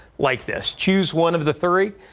like this choose one of the three.